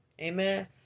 Amen